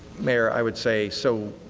mayor, i would say, so,